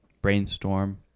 brainstorm